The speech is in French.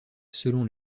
selon